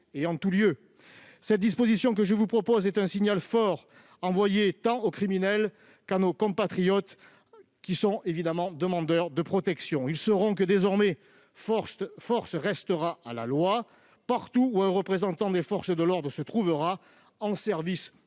Cette disposition que je vous propose est un signal fort envoyé tant aux criminels qu'à nos compatriotes, qui sont évidemment demandeurs de protection. Ils sauront que, désormais, force restera à la loi partout où un représentant des forces de l'ordre se trouvera, en service ou pas.